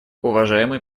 уважаемый